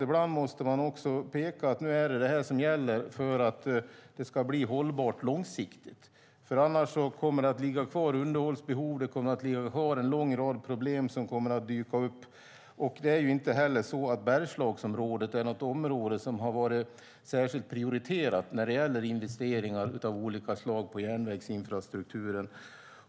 Ibland måste man också peka ut vad det är som gäller för att det ska bli långsiktigt hållbart, annars kommer det att ligga kvar underhållsbehov och en lång rad problem som kommer att dyka upp. Bergslagsområdet har inte heller varit särskilt prioriterat när det gäller investeringar i järnvägsinfrastruktur.